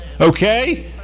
Okay